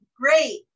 great